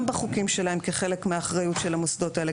בחוקים שלהם כחלק מהאחריות של המוסדות האלה,